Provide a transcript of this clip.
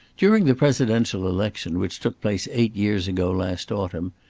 during the presidential election which took place eight years ago last autumn,